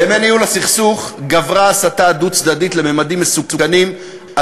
בימי ניהול הסכסוך גברה לממדים מסוכנים ההסתה הדו-צדדית,